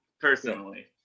personally